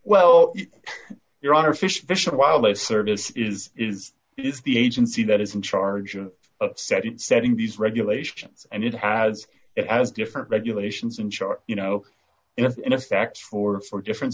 well your honor fish fish and wildlife service is is is the agency that is in charge of setting setting these regulations and it has it has different regulations and char you know in effect for for differen